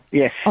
yes